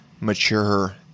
mature-